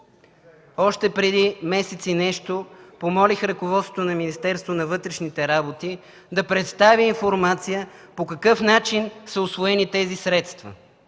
Още преди месец и нещо помолих ръководството на Министерството на вътрешните работи да представи информация по какъв начин са усвоени тези средства.